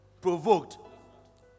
provoked